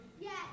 Yes